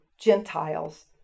Gentiles